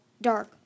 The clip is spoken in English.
dark